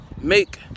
make